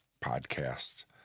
podcast